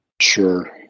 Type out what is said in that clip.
Sure